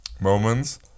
moments